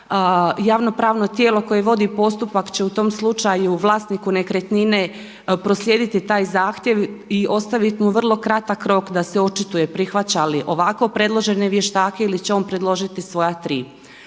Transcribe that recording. javno pravno tijelo koje vodi postupak će u tom slučaju vlasniku nekretnine proslijediti taj zahtjev i ostaviti mu vrlo kratak rok da se očituje prihvaća li ovako predložene vještake ili će on predložiti svoja tri.